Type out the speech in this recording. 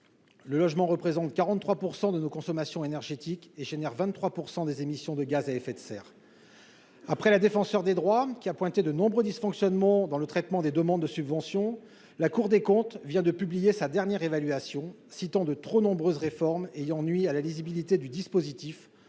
le logement représente 43 % de nos consommations énergétiques et génère 23 % des émissions de gaz à effet de serre après la défenseure des droits, qui a pointé de nombreux dysfonctionnements dans le traitement des demandes de subventions, la Cour des comptes vient de publier sa dernière évaluation citant de trop nombreuses réformes ayant nuit à la lisibilité du dispositif,